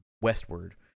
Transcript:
Westward